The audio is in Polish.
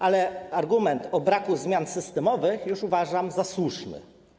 Ale argument o braku zmian systemowych już uważam za słuszny.